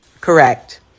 Correct